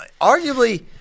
arguably